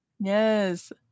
Yes